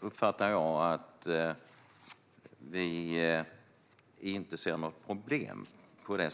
uppfattar jag att vi inte ser något problem.